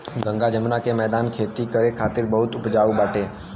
गंगा जमुना के मौदान खेती करे खातिर बहुते उपजाऊ बाटे